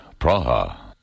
Praha